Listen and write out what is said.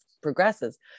progresses